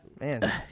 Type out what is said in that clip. Man